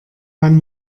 man